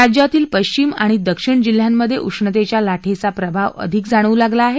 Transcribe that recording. राज्यातील पश्चिम आणि दक्षिण जिल्ह्यांमधे उष्णतेच्या ला ंब्रा प्रभाव अधिक जाणवू लागला आहे